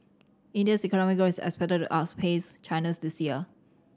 India's economic growth is expected to outpace China's this year